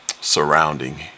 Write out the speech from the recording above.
surrounding